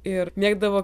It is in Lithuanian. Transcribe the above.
ir mėgdavo